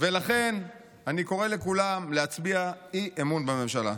לכן אני קורא לכולם להצביע אי-אמון בממשלה.